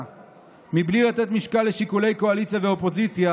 מבלי לתת משקל לשיקולי קואליציה ואופוזיציה,